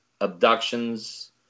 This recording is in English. abductions